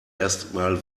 erstmal